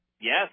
Yes